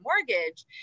mortgage